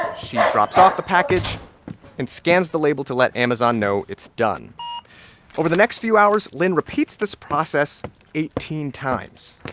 she drops off the package and scans the label to let amazon know it's done over the next few hours, lynne repeats this process eighteen times